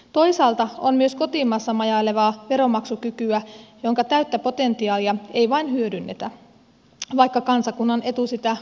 toisaalta on myös kotimaassa majailevaa veronmaksukykyä jonka täyttä potentiaalia ei vain hyödynnetä vaikka kansakunnan etu sitä vaatii